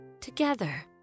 together